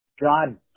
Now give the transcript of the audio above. God